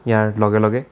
ইয়াৰ লগে লগে